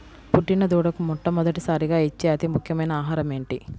పుట్టిన దూడకు మొట్టమొదటిసారిగా ఇచ్చే అతి ముఖ్యమైన ఆహారము ఏంటి?